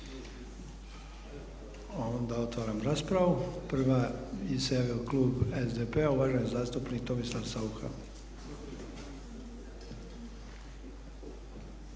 Ne. Otvaram raspravu. Prvi se javio klub SDP-a, uvaženi zastupnik Tomislav Saucha.